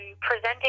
presenting